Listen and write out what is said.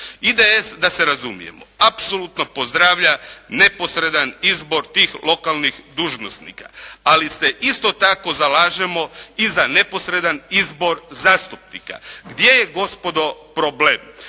IDS da se razumijemo apsolutno pozdravlja neposredan izbor tih lokalnih dužnosnika, ali se isto tako zalažemo i za neposredan izbor zastupnika. Gdje je gospodo problem?